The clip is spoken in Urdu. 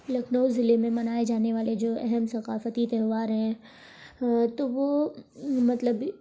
لکھنؤ ضلعے میں منائے جانے والے جو اہم ثقافتی تہوار ہیں وہ تو وہ مطلب